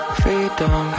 freedom